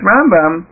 Rambam